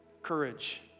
Courage